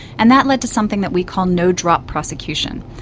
and that led to something that we call no drop prosecution,